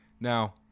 Now